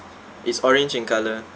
it's orange in colour